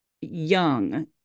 young